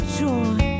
join